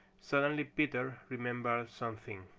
suddenly peter remembered something.